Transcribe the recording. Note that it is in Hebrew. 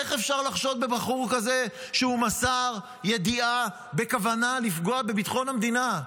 איך אפשר לחשוד בבחור כזה שמסר ידיעה בכוונה לפגוע בביטחון המדינה?